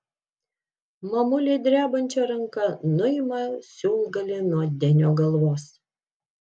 mamulė drebančia ranka nuima siūlgalį nuo denio galvos